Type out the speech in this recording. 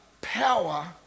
power